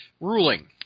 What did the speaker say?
ruling